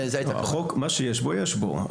החוק, מה שיש בו, יש בו.